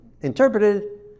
interpreted